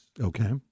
Okay